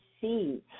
See